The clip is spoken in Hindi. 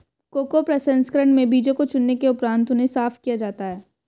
कोको प्रसंस्करण में बीजों को चुनने के उपरांत उन्हें साफ किया जाता है